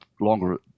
longer